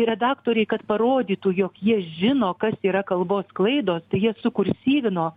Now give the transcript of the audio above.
redaktoriai kad parodytų jog jie žino kas yra kalbos klaidos tai jie sukursyvino